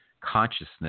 consciousness